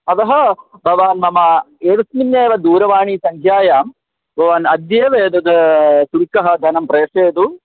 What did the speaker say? अतः भवान् मम एतस्मिन्नेव दूरवाणीसङ्ख्यायां भवान् अद्यैव एतत् शुल्कं धनं प्रेषयतु